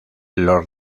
los